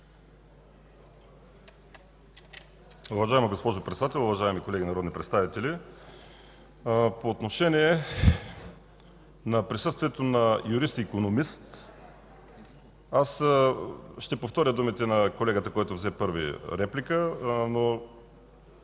Уважаема госпожо Председател, уважаеми колеги народни представители! По отношение на присъствието на юрист и икономист ще повторя думите на колегата, който взе първи реплика. Но